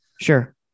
Sure